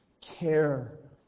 care